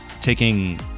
taking